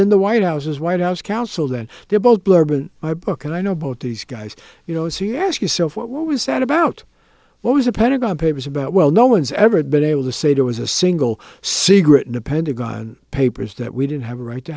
in the white house as white house counsel then they both blurb in my book and i know both these guys you know so you ask yourself what was said about what was a pentagon papers about well no one's ever been able to say there was a single secret in the pentagon papers that we didn't have a right to